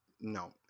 No